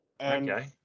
Okay